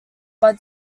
but